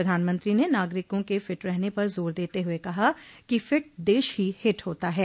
प्रधानमंत्री ने नागरिकों के फिट रहने पर जोर देते हुए कहा कि फिट देश ही हिट होता है